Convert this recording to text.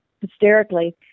hysterically